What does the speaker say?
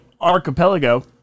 archipelago